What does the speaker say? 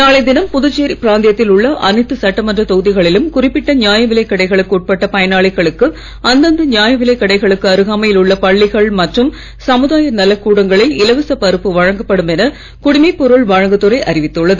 நாளைய தினம் புதுச்சேரி பிராந்தியத்தில் உள்ள அனைத்து சட்டமன்ற தொகுதிகளிலும் குறிப்பிட்ட நியாய விலை கடைகளுக்கு உட்பட்ட பயனாளிகளுக்கு அந்தந்த நியாய விலை கடைகளுக்கு அருகாமையில் உள்ள பள்ளிகள் மற்றும் சமுதாய நலக் கூடங்களில் இலவச பருப்பு வழங்கப்படும் என குடிமைப் பொருள் வழங்கு துறை அறிவித்துள்ளது